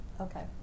Okay